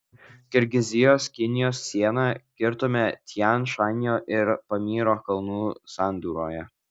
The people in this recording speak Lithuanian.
kirgizijos kinijos sieną kirtome tian šanio ir pamyro kalnų sandūroje